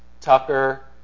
Tucker